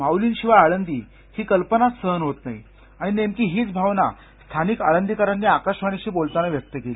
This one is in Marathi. माउलीशिवाय आळंदी ही कल्पानच सहन होउ शकत नाही आणि नेमकी हीच भावना स्थानिक आळंदीकरांनी आकाशवाणीशी बोलताना व्यक्त केली